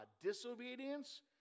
Disobedience